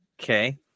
Okay